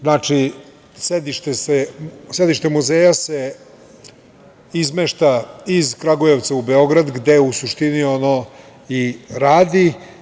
Znači, sedište muzeja se izmešta iz Kragujevca u Beograd gde u suštini ono i radi.